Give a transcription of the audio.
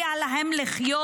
שמגיע להם לחיות